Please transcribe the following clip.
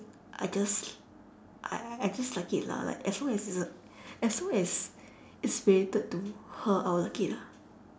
I just l~ I I I just like it lah like as long as uh as long as it's related to her I'll like it lah